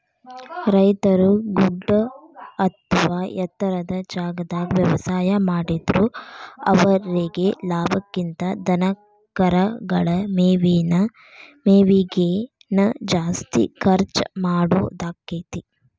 ರೈತರು ಗುಡ್ಡ ಅತ್ವಾ ಎತ್ತರದ ಜಾಗಾದಾಗ ವ್ಯವಸಾಯ ಮಾಡಿದ್ರು ಅವರೇಗೆ ಲಾಭಕ್ಕಿಂತ ಧನಕರಗಳ ಮೇವಿಗೆ ನ ಜಾಸ್ತಿ ಖರ್ಚ್ ಮಾಡೋದಾಕ್ಕೆತಿ